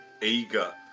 eager